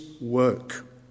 work